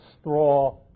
straw